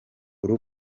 uru